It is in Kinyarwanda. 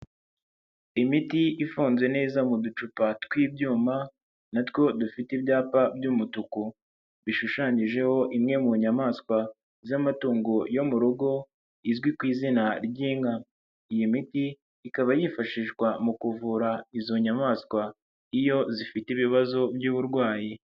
Imiti ifunze neza mu ducupa tw'ibyuma natwo dufite ibyapa by'umutuku bishushanyijeho imwe mu nyamaswa z'amatungo yo mu rugo izwi ku izina ry'inka. Iyi miti ikaba yifashishwa mu kuvura izo nyamaswa iyo zifite ibibazo by'uburwayi.